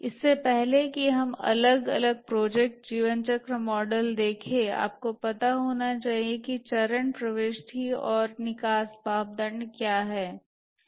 इससे पहले कि हम अलग अलग प्रोजेक्ट जीवनचक्र मॉडल देखें आपको पता होना चाहिए कि चरण प्रविष्टि और निकास मापदंड क्या है